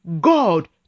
god